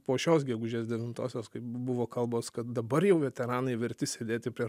po šios gegužės devintosios kai buvo kalbos kad dabar jau veteranai verti sėdėti prie